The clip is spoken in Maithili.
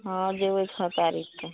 हँ जयबै छओ तारीखकेँ